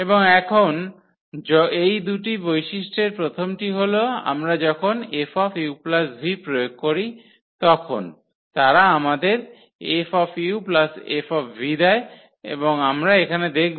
এবং এখন এই দুটি বৈশিষ্ট্যের প্রথমটি হল আমরা যখন 𝐹 uv প্রয়োগ করি তখন তারা আমাদের 𝐹 𝐹 দেয় এবং আমরা এখানে দেখব